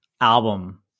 album